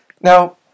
Now